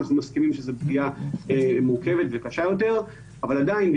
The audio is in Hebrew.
אנחנו מסכימים שזו פגיעה מורכבת וקשה יותר אבל עדיין,